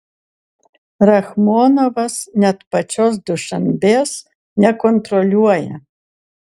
rachmonovas net pačios dušanbės nekontroliuoja